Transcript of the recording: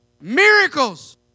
Miracles